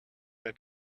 the